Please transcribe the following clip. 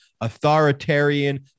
authoritarian